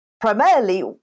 primarily